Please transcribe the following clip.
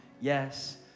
Yes